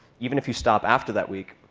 even if you stop after that week,